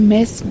Miss